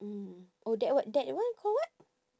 mm oh that what that one call what